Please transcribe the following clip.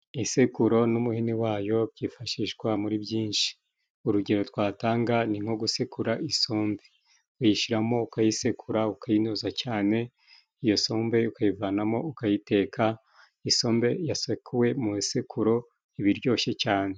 Isekuro n'umuhini wayo byifashishwa muri byinshi, urugero twatanga ni nko gusekura isombe uyishyiramo ukayisekura ukayinoza cyane, iyo sombe ukayivanamo, ukayiteka, isombe yasekuwe mu isekuro iba iryoshye cyane.